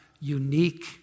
unique